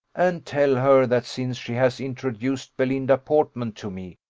and tell her that since she has introduced belinda portman to me,